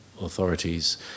authorities